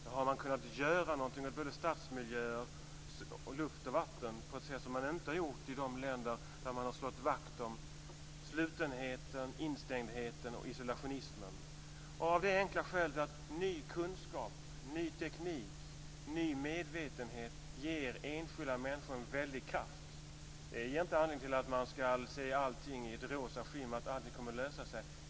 Där har man kunnat göra någonting med stadsmiljöer, med luft och vatten på ett sätt som man inte har gjort i de länder där man har slagit vakt om slutenheten, instängdheten och isolationismen. Det enkla skälet är att ny kunskap, ny teknik och ny medvetenhet ger enskilda människor en väldig kraft. Det ger inte anledning till att se allting i ett rosa skimmer, att tro att allting kommer att lösa sig.